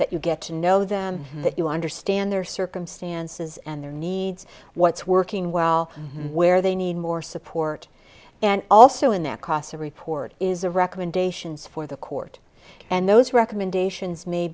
that you get to know them that you understand their circumstances and their needs what's working well where they need more support and also in their casa report is a recommendations for the court and those recommendations may